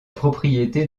propriété